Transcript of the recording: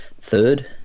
third